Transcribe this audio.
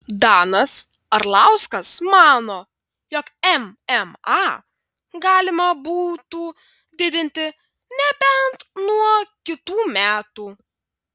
danas arlauskas mano jog mma galima būtų didinti nebent nuo kitų metų